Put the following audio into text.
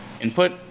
input